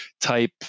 type